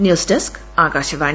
news desk Akashvani